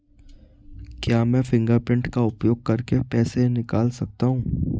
क्या मैं फ़िंगरप्रिंट का उपयोग करके पैसे निकाल सकता हूँ?